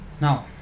Now